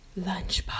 Lunchbox